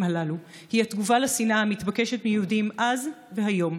הללו הוא התגובה: הצנעה המתבקשת מיהודים אז והיום,